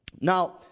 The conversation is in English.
Now